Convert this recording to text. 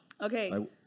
okay